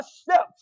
steps